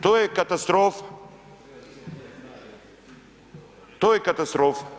To je katastrofa, to je katastrofa.